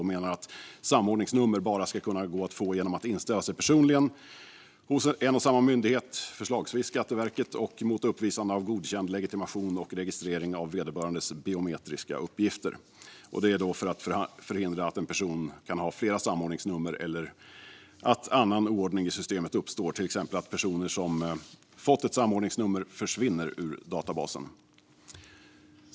Vi menar att samordningsnummer bara ska gå att få genom att inställa sig personligen hos en och samma myndighet, förslagsvis Skatteverket, och mot uppvisande av godkänd legitimation och registrering av vederbörandes biometriska uppgifter. Detta är för att förhindra att en person kan ha flera samordningsnummer eller att annan oordning i systemet uppstår, till exempel att personer som har fått ett samordningsnummer försvinner ur databasen.